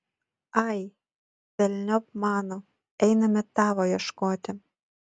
ai velniop mano einame tavo ieškoti